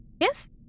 Yes